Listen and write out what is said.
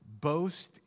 boast